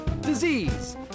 disease